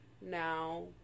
now